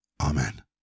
Amen